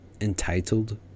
entitled